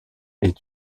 est